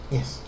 Yes